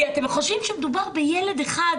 כי אתם חושבים שמדובר בילד אחד,